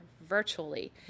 virtually